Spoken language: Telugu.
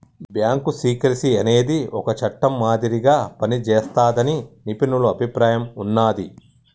బ్యాంకు సీక్రెసీ అనేది ఒక చట్టం మాదిరిగా పనిజేస్తాదని నిపుణుల అభిప్రాయం ఉన్నాది